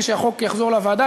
כשהחוק יחזור לוועדה.